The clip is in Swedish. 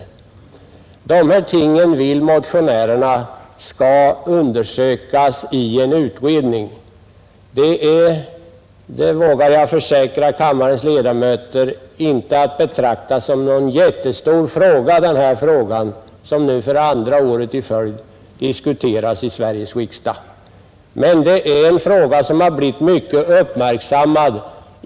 Motionärerna vill att dessa ting undersöks i en utredning. Denna fråga, som för andra året i följd diskuteras i Sveriges riksdag, kan förvisso inte betraktas som jättestor. Men det är en fråga som blivit mycket uppmärksammad.